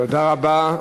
תודה רבה.